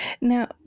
Now